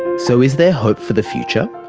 so is there hope for the future?